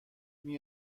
اتفاق